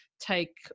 take